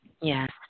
Yes